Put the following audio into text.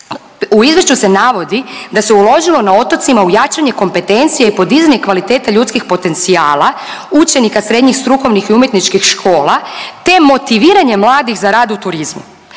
u izvješću se navodi da se uložilo na otocima u jačanje kompetencije i podizanje kvaliteta ljudskih potencijala učenika srednjih strukovnih i umjetničkih škola, te motiviranje mladih za rad u turizmu,